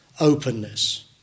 openness